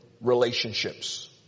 relationships